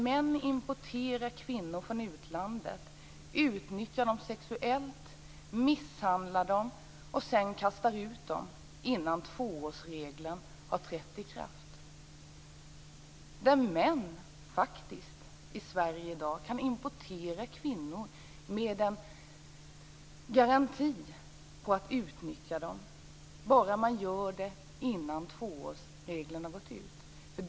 Män importerar kvinnor från utlandet, utnyttjar dem sexuellt, misshandlar dem och kastar sedan ut dem innan tvåårsregeln trätt i kraft. Män i Sverige i dag kan faktiskt importera kvinnor med en garanti för att kunna utnyttja dem, bara det görs innan tiden enligt tvåårsregeln gått ut.